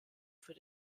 für